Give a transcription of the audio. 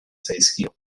zaizkio